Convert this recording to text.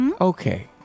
Okay